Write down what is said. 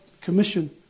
commission